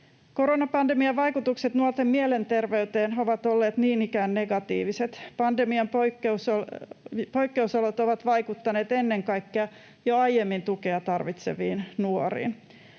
Koronapandemian vaikutukset nuorten mielenterveyteen ovat olleet niin ikään negatiiviset. Pandemian poikkeusolot ovat vaikuttaneet ennen kaikkea jo aiemmin tukea tarvitseviin nuoriin.